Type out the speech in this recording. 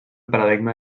paradigma